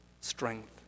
strength